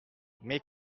mais